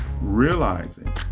realizing